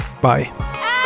Bye